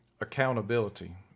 accountability